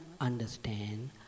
understand